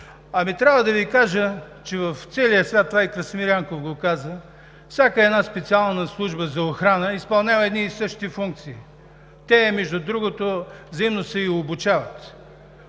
Трябва да Ви кажа, че в целия свят – това и Красимир Янков го каза, всяка специална служба за охрана изпълнява едни и същи функции. Те, между другото, и взаимно се обучават.